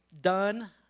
done